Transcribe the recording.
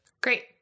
Great